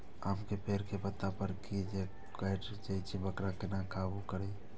आम के पेड़ के पत्ता पर जे कीट होय छे वकरा केना काबू करबे?